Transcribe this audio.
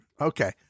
Okay